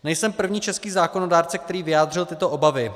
Nejsem první český zákonodárce, který vyjádřil tyto obavy.